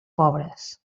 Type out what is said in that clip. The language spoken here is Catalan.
pobres